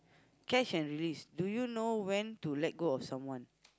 catch and release do you know when to let go of someone